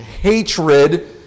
hatred